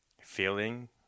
feeling